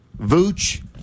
Vooch